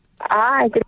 Hi